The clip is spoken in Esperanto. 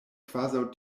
kvazaŭ